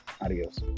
Adios